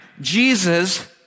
Jesus